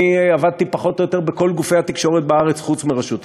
אני עבדתי פחות או יותר בכל גופי התקשורת בארץ חוץ מרשות השידור.